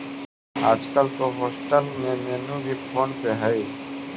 आजकल तो होटेल्स में मेनू भी फोन पे हइ